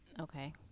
Okay